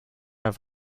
have